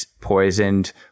poisoned